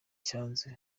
icyanzu